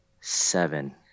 Seven